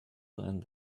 and